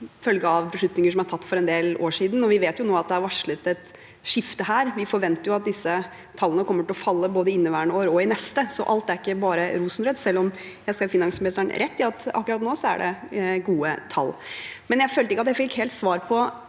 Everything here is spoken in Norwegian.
følge av beslutninger som er tatt for en del år siden. Vi vet nå at det er varslet et skifte. Vi forventer at disse tallene kommer til å falle både i inneværende år og neste år. Så alt er ikke bare rosenrødt, selv om jeg skal gi finansministeren rett i at akkurat nå er det gode tall. Jeg følte at jeg ikke fikk svar på